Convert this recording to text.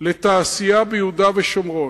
לתעשייה ביהודה ושומרון.